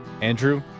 Andrew